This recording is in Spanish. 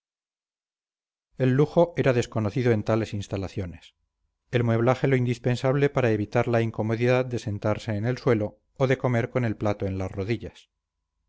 el lujo era desconocido en tales instalaciones el mueblaje lo indispensable para evitar la incomodidad de sentarse en el suelo o de comer con el plato en las rodillas